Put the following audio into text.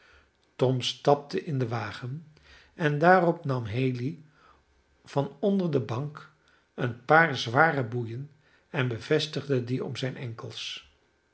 tom stapte in den wagen en daarop nam haley van onder de bank een paar zware boeien en bevestigde die om zijne enkels